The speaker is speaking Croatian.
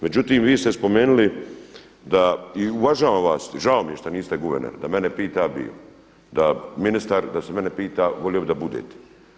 Međutim vi ste spomenuli da i uvažavam vas, žao mi je što niste guverner, da mene pita ja … da ministar da se mene pita volio bi da budete.